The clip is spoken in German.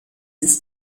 ist